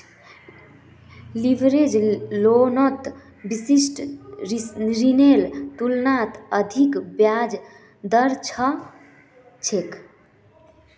leverage लोनत विशिष्ट ऋनेर तुलनात अधिक ब्याज दर ह छेक